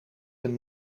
een